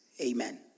Amen